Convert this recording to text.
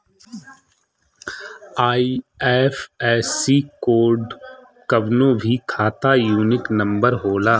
IFSC code कवनो भी खाता यूनिक नंबर होला